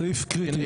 סעיף 1(ב1)(1)(ב)(1).